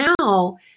now